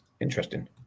Interesting